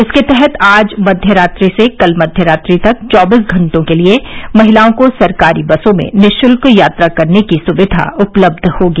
इसके तहत आज मध्यरात्रि से कल मध्यरात्रि तक चौबीस घंटों के लिए महिलाओं को सरकारी बसों में निशुल्क यात्रा करने की सुविधा उपलब्ध होगी